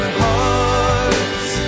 hearts